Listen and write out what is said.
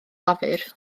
lafur